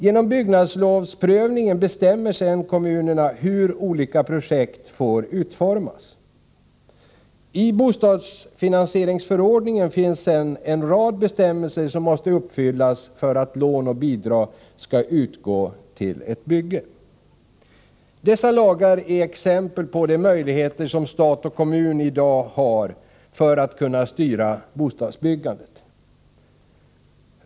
Genom byggnadslovsprövningen bestämmer kommunerna hur olika projekt får utformas. I bostadsfinansieringsförordningen finns en rad bestämmelser som måste uppfyllas för att lån och bidrag skall utgå till ett bygge. Dessa lagar är exempel på de möjligheter som stat och kommun i dag har att styra bostadsbyggandet.